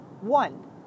One